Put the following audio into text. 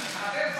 אותי.